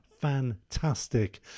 fantastic